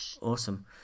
Awesome